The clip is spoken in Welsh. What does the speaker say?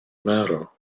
marw